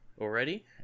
already